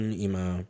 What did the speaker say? ima